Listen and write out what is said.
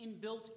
inbuilt